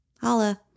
Holla